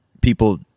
people